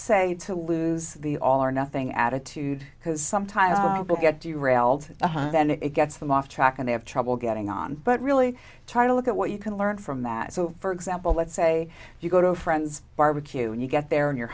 say to lose the all or nothing attitude because sometimes it will get you railed and it gets them off track and they have trouble getting on but really try to look at what you can learn from that so for example let's say you go to a friend's barbecue and you get there and you're